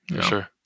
sure